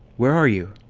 where are you?